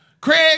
Craig